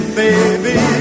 baby